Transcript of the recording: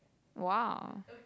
!wow!